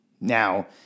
now